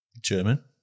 German